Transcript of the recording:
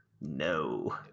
No